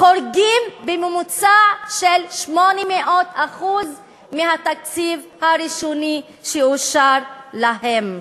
חורגים בממוצע של 800% מהתקציב הראשוני שאושר להם.